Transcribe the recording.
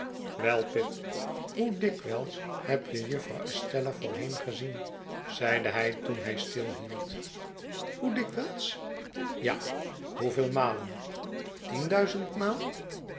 wel pip hoe dikwijls heb je jufvrouw estella voorheen gezien zeide hij toen hij stilhield hoe dikwijls ja hoeveel malen